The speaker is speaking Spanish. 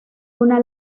una